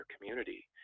community